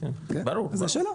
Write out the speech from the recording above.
זה שלו.